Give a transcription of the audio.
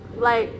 like